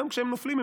גם כשהם נופלים,